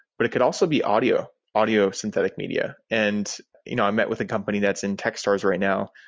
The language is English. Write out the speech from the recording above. but it could also be audio, audio synthetic media. and you know i met with a company that's in techstars right now.